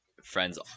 friends